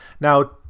Now